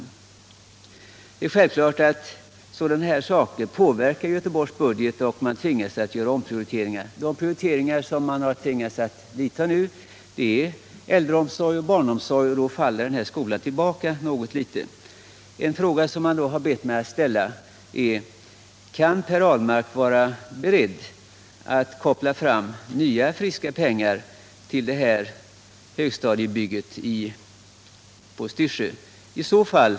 Det är självklart att sådana här saker påverkar Göteborgs budget och att man måste göra omprioriteringar. De områden som man nu har tvingats prioritera är äldreomsorg och barnomsorg. Därför faller den aktuella skolan tillbaka litet. Jag har blivit ombedd att ställa frågan: Är Per Ahlmark beredd att ta fram nya friska pengar till högstadiebygget på Styrsö?